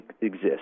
exist